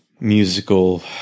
musical